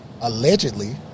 allegedly